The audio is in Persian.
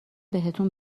بهتون